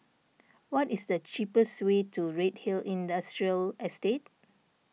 what is the cheapest way to Redhill Industrial Estate